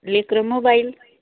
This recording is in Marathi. लेकरं मोबाईल